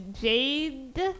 Jade